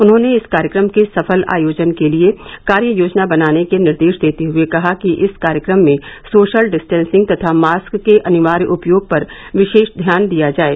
उन्होंने इस कार्यक्रम के सफल आयोजन के लिये कार्य योजना बनाने के निर्देश देते हुए कहा कि इस कार्यक्रम में सोशल डिस्टेसिंग तथा मास्क के अनिवार्य उपयोग पर विशेष ध्यान दिया जाये